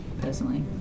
personally